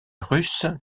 russe